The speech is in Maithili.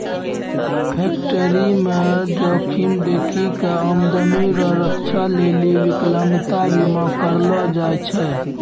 फैक्टरीमे जोखिम देखी कय आमदनी रो रक्षा लेली बिकलांता बीमा करलो जाय छै